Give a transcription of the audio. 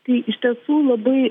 tai iš tiesų labai